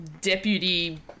Deputy